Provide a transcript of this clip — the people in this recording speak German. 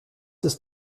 ist